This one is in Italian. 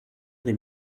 del